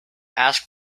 ask